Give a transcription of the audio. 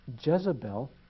Jezebel